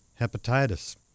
hepatitis